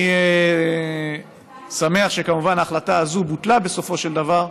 אני שמח שכמובן, ההחלטה הזאת בוטלה בסופו של דבר,